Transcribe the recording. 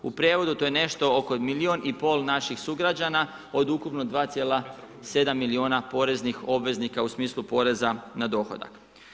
U prijevodu to je nešto oko milijun i pol naših sugrađana od ukupno 2,7 milijuna poreznih obveznika u smislu poreza na dohodak.